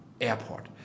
airport